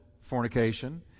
fornication